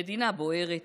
המדינה בוערת: